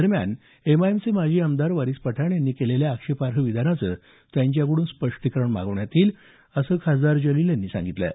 दरम्यान एमआयएमचे माजी आमदार वारिस पठाण यांनी केलेल्या आक्षेपार्ह विधानाचं त्यांच्याकडून स्पष्टीकरण मागवण्यात येईल असं खासदार जलिल यांनी म्हटलं आहे